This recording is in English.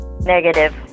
Negative